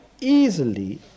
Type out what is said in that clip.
easily